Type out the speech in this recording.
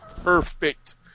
Perfect